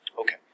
Okay